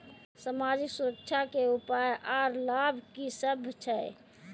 समाजिक सुरक्षा के उपाय आर लाभ की सभ छै?